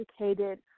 educated